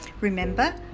Remember